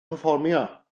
perfformio